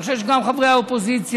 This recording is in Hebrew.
ואני חושב שגם חברי האופוזיציה,